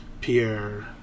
Pierre